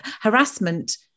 harassment